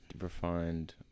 refined